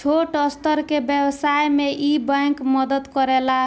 छोट स्तर के व्यवसाय में इ बैंक मदद करेला